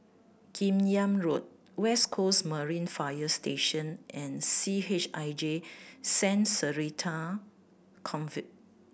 Kim Yam Road West Coast Marine Fire Station and C H I J Saint Theresa's Convent